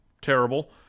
terrible